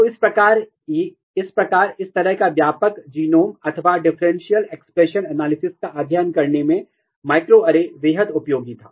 तो इस प्रकार इस तरह का व्यापक जीनोम अथवा डिफरेंशियल एक्सप्रेशन एनालिसिस का अध्ययन करने में माइक्रोएरे बेहद उपयोगी था